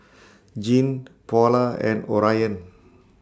Jeanne Paula and Orion